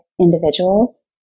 individuals